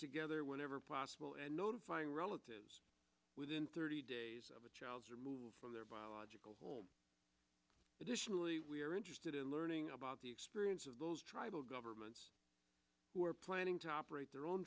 together whenever possible and notifying relatives within thirty days of a child's removal from their biological home additionally we are interested in learning about the experience of those tribal governments who are planning to operate their own